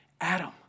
Adam